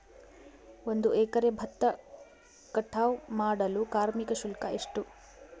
ಒಂದು ಎಕರೆ ಭತ್ತ ಕಟಾವ್ ಮಾಡಲು ಕಾರ್ಮಿಕ ಶುಲ್ಕ ಎಷ್ಟು?